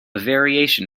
variation